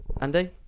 Andy